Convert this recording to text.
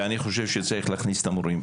ואני חושב שצריך להכניס את המורים,